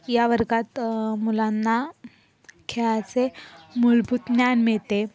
या वर्गात मुलांना खेळाचे मूलभूत ज्ञान मिळते